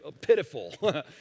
pitiful